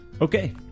Okay